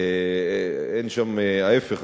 להיפך.